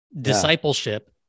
discipleship